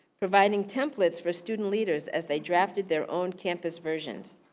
providing templates for student leaders as they drafted their own campus versions.